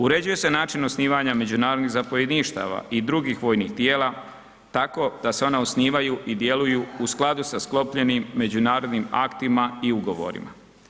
Uređuje se način osnivanja međunarodnih zapovjedništava i drugih vojnih tijela tako da se one osnivaju i djeluju u skladu sa sklopljenim međunarodnim aktima i ugovorima.